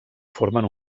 formen